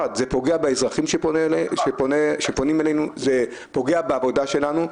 וזה יפגע באזרחים שפונים אלינו ובעבודה שלנו.